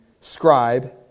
scribe